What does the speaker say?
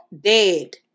dead